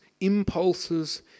impulses